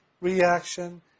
reaction